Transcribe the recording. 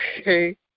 okay